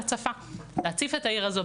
לצד זה,